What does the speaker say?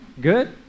good